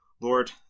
Lord